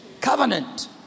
Covenant